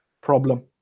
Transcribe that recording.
problem